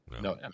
No